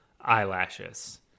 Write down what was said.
eyelashes